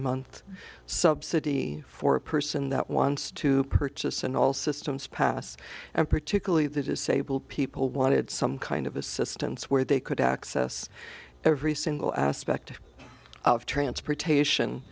month subsidy for a person that wants to purchase and all systems pass and particularly the disabled people wanted some kind of assistance where they could access every single aspect of transportation